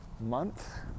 month